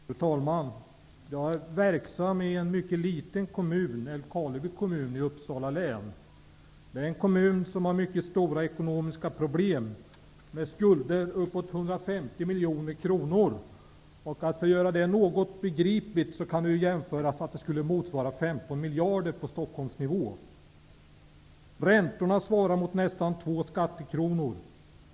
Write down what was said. Fru talman! Jag är verksam i en mycket liten kommun -- Älvkarleby kommun i Uppsala län. Det är en kommun som har mycket stora ekonomiska problem med skulder uppåt 150 miljoner kronor. För att göra den siffran begriplig, kan jag säga att det skulle motsvara 15 miljarder i Stockholm. Räntorna svarar mot nästan två skattekronor.